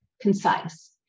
concise